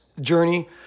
journey